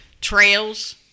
trails